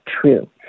true